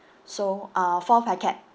so uh four packet